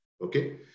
okay